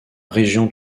région